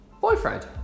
boyfriend